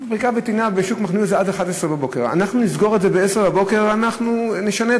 פריקה וטעינה בשוק מחנה-יהודה זה עד 11:00. אנחנו נסגור את זה ב-10:00,